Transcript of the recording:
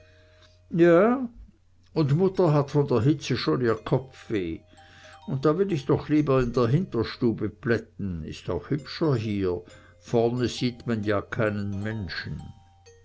ja und mutter hat von der hitze schon ihr kopfweh und da will ich doch lieber in der hinterstube plätten is auch hübscher hier vorne sieht man ja keinen menschen